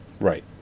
Right